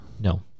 No